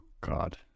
God